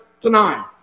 tonight